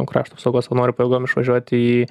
krašto apsaugos savanorių pajėgom išvažiuoti į